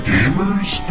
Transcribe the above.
Gamer's